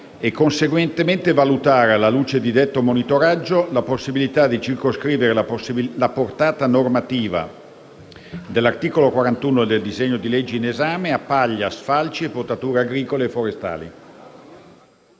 e conseguentemente valutare, alla luce di detto monitoraggio, la possibilità di circoscrivere la portata normativa dell’articolo 41 del disegno di legge in esame a paglia, sfalci e potature agricole e forestali.